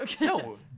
No